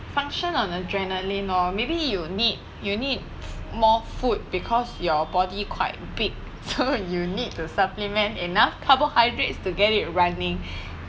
function on adrenaline lor maybe you need you need more food because your body quite big so you need to supplement enough carbohydrates to get it running